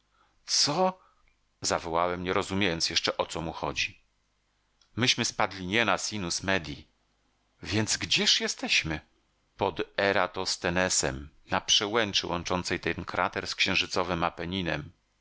co zawołałem nierozumiejąc jeszcze o co mu chodzi myśmy spadli nie na sinus medii więc gdzież jesteśmy pod eratosthenesem na przełęczy łączącej ten krater z księżycowym apeninem